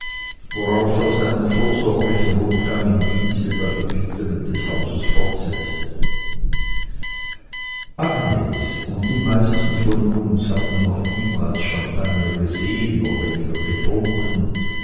worauf er seinen vorsorglichen rundgang im dienste der gebieterin des hauses fortsetzte agnes und die meisten von uns hatten noch niemals champagner gesehen noch weniger getrunken